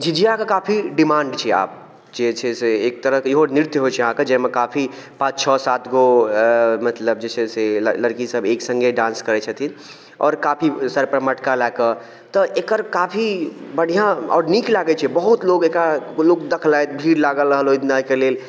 झिझिया के काफी डिमांड छै आब जे छै से एक तरह के इहो नृत्य होइ छै अहाँ के जाहिमे काफी पाॅंच छओ सात गो मतलब जे छै से लड़की सब एक संगे डांस करै छथिन आओर काफी सर पे मटका लए कऽ तऽ एकर काफी बढिऑं आओर नीक लागै छै बहुत लोग एकरा लोक देखलक भीड़ लागल रहल ओहि दिन एहिके लेल